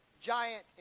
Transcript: giant